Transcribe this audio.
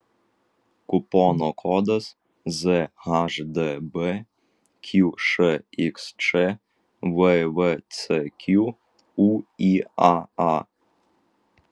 kupono kodas zhdb qšxč vvcq ūyaa